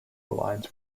lines